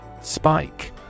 Spike